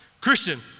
Christian